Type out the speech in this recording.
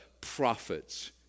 prophets